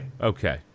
Okay